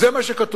זה מה שכתוב.